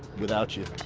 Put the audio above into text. without you.